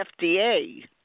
FDA